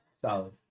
Solid